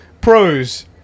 pros